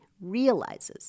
realizes